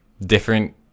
different